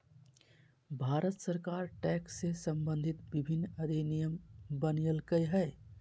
भारत सरकार टैक्स से सम्बंधित विभिन्न अधिनियम बनयलकय हइ